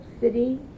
city